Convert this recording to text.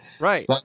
right